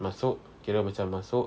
masuk kira macam masuk